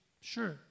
Sure